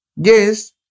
Yes